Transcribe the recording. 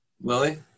Lily